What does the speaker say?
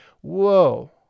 Whoa